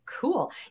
cool